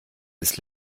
ist